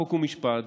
חוק ומשפט,